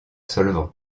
solvant